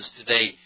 today